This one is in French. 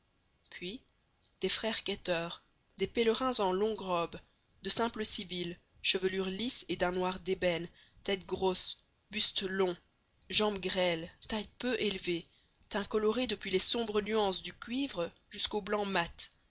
puis des frères quêteurs des pèlerins en longues robes de simples civils chevelure lisse et d'un noir d'ébène tête grosse buste long jambes grêles taille peu élevée teint coloré depuis les sombres nuances du cuivre jusqu'au blanc mat